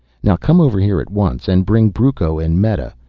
now come over here at once and bring brucco and meta.